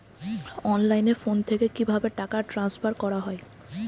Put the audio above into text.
অনলাইনে ফোন থেকে কিভাবে টাকা ট্রান্সফার করা হয়?